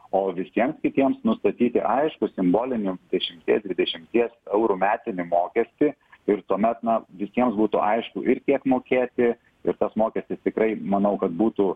o visiems kitiems nustatyti aiškų simbolinį dešimties dvidešimties eurų metinį mokestį ir tuomet na visiems būtų aišku ir kiek mokėti ir tas mokestis tikrai manau kad būtų